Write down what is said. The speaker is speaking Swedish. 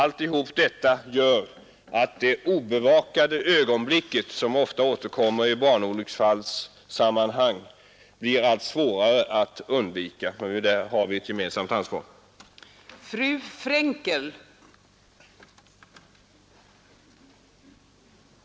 Allt detta och situationen inom barntillsynen gör att de obevakade ögonblicken, som det så ofta talas om i barnolycksfallssammanhang, och riskerna blir allt svårare att undvika, och därvidlag har vi ett gemensamt ansvar, inte minst i samhällsplaneringen.